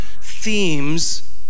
themes